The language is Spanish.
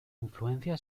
influencia